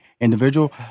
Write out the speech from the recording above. individual